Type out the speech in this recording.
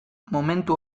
momentu